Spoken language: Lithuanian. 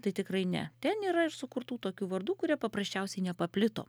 tai tikrai ne ten yra ir sukurtų tokių vardų kurie paprasčiausiai nepaplito